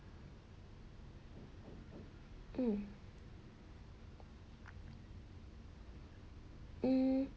hmm hmm